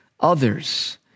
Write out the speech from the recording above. Others